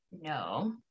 No